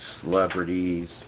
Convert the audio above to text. celebrities